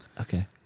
Okay